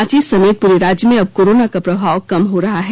रांची समेत पूरे राज्य में अब कोरोना का प्रभाव कम हो रहा है